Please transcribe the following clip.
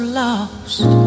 lost